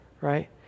right